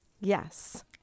Yes